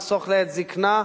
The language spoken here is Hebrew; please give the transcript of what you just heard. לחסוך לעת זיקנה,